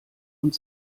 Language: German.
und